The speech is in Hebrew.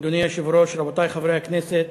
אדוני היושב-ראש, רבותי חברי הכנסת,